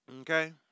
Okay